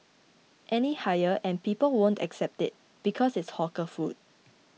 any higher and people won't accept it because it's hawker food